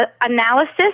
analysis